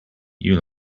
you